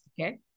Okay